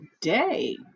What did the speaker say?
today